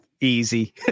easy